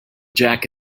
jack